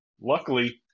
luckily